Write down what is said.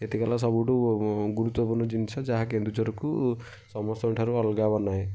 ଏତିକି ହେଲା ସବୁଠୁ ଗୁରୁତ୍ୱପୂର୍ଣ୍ଣ ଜିନିଷ ଯାହା କେନ୍ଦୁଝରକୁ ସମସ୍ତଙ୍କ ଠାରୁ ଅଲଗା ବନାଏ